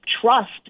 trust